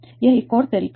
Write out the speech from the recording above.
यह एक और तरीका है